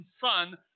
Son